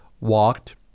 walked